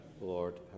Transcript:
Lord